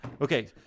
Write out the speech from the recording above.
Okay